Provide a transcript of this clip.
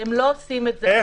והם לא עושים את זה.